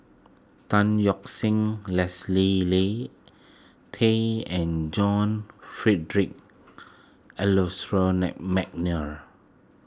Tan Yeok Leslie Li Tay and John Frederick Adolphus McNair